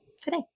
today